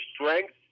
strength